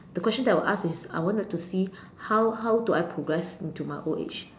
the question that I will ask is I I want them to see how how would I progress into my old age